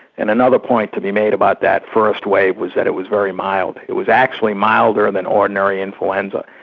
and another point to be made about that first wave was that it was very mild. it was actually milder than ordinary influenza.